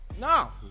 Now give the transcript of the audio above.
No